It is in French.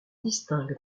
distingue